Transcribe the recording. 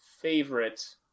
favorite